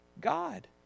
God